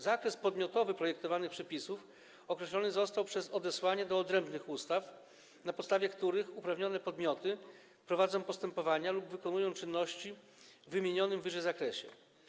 Zakres podmiotowy projektowanych przepisów określony został przez odesłanie do odrębnych ustaw, na podstawie których uprawnione podmioty prowadzą postępowania lub wykonują czynności w ww. zakresie.